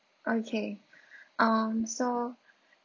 okay um so